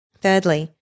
Thirdly